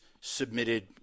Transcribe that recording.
submitted